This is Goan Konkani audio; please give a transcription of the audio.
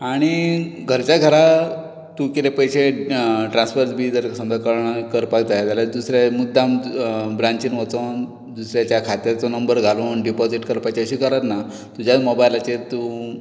आनी घरचे घरा तूं किदें पयशें ट्रास्फर बी जर समजा कळना करपाक जाय जाल्यार दुसऱ्याक मुद्दाम ब्रांचीन वचून दुसऱ्याच्या खात्याचो नंबर घालून डिपॉजीट करपाची अशी गरज ना तुज्याच मोबायलाचेर तूं